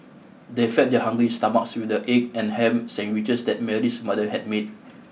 they fed their hungry stomachs with the egg and ham sandwiches that Mary's mother had made